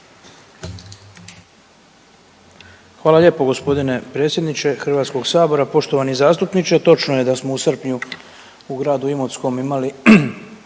Hvala lijepo gospodine predsjedniče Hrvatskog sabora, poštovani zastupniče. Točno je da smo u srpnju u gradu Imotskom imali